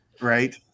right